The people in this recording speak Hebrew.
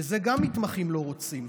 וגם את זה מתמחים לא רוצים.